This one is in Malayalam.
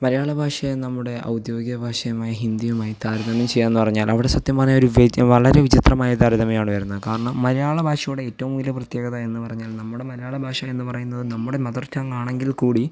മലയാള ഭാഷയെ നമ്മുടെ ഔദ്യോഗിക ഭാഷയുമായി ഹിന്ദിയുമായി താരതമ്യം ചെയ്യുക എന്ന് പറഞ്ഞാൽ അവിടെ സത്യം പറഞ്ഞാൽ ഒരു വെ വളരെ വിചിത്രമായൊര് താരതമ്യമാണ് വരുന്നത് കാരണം മലയാള ഭാഷയുടെ ഏറ്റവും വലിയ പ്രത്യേകത എന്ന് പറഞ്ഞാൽ നമ്മുടെ മലയാള ഭാഷ എന്ന് പറയുന്നത് നമ്മുടെ മദർ ട്ടങ് ആണെങ്കിൽ കൂടി